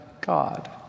God